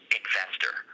investor